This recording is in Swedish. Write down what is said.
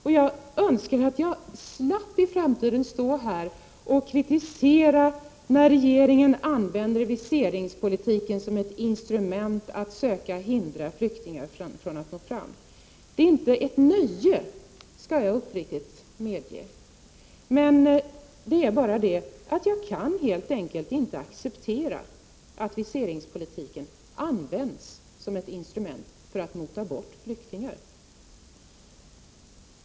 Jag skulle önska att jag i framtiden slapp att stå här och kritisera regeringen för att använda viseringspolitiken som ett instrument för att försöka förhindra flyktingar från att nå fram. Det är inte ett nöje — det skall jag uppriktigt medge — men jag kan helt enkelt bara inte acceptera att viseringspolitiken används som ett instrument för att mota bort flyktingar.